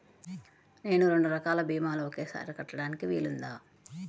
నేను రెండు రకాల భీమాలు ఒకేసారి కట్టడానికి వీలుందా?